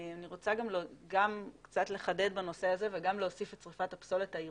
ואני רוצה קצת לחדד בנושא הזה וגם להוסיף את שריפת הפסולת העירונית.